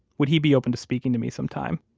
would he be open to speaking to me sometime?